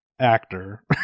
actor